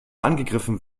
angegriffen